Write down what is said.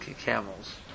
camels